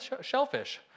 shellfish